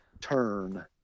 turn